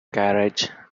carriage